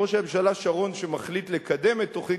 כשראש הממשלה שרון שמחליט לקדם את תוכנית